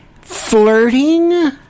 Flirting